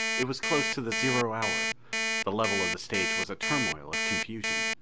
it was close to the zero hour the level of the stage was a turmoil of confusion.